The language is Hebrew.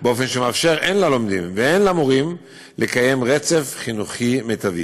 באופן שמאפשר הן ללומדים והן למורים לקיים רצף חינוכי מיטבי.